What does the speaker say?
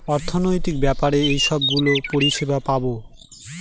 অর্থনৈতিক ব্যাপারে এইসব গুলোর পরিষেবা পাবো